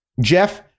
Jeff